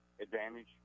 advantage